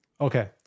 Okay